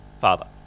father